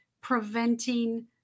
preventing